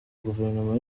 guverinoma